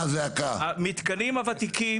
המתקנים הוותיקים,